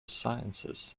sciences